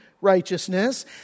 righteousness